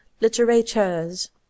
literatures